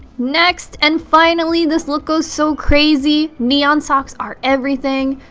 next and finally this look goes so crazy. neon socks are everything.